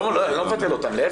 אני לא מבטל, להיפך.